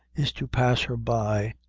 is to pass her by,